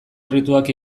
errituak